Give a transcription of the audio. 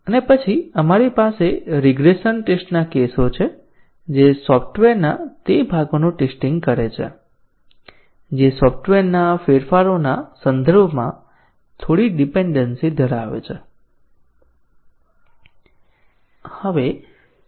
અને પછી આપણી પાસે રીગ્રેસન ટેસ્ટના કેસો છે જે સોફ્ટવેરના તે ભાગોનું ટેસ્ટીંગ કરે છે જે સોફ્ટવેરના ફેરફારોના સંદર્ભમાં થોડી ડીપેનડેન્સી ધરાવે છે